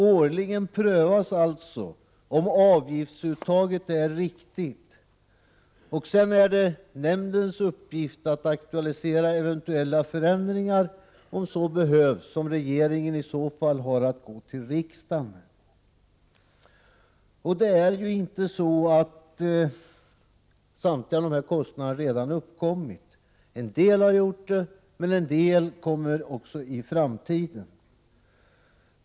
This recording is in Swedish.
Årligen prövas alltså om avgiftsuttaget är riktigt, och sedan är det nämndens uppgift att aktualisera eventuella förändringar, om så behövs, som regeringen i så fall har att gå till riksdagen med förslag om. Det är ju inte så att samtliga kostnader redan har uppkommit. En del har gjort det, men en del kommer också i framtiden.